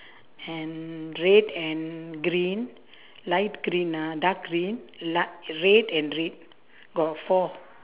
and red and green light green ah dark green ligh~ red and red got four